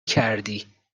کردی